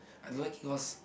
I don't like it was